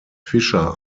fischer